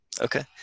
Okay